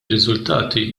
riżultati